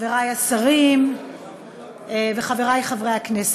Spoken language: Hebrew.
חברי השרים וחברי חברי הכנסת,